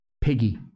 Piggy